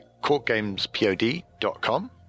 courtgamespod.com